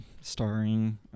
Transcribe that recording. starring